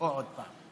או "עוד פעם".